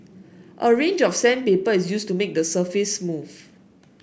a range of sandpaper is used to make the surface smooth